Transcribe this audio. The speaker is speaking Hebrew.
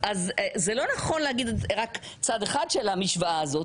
זה לא נכון להגיד רק צד אחד של המשוואה הזאת.